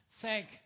thank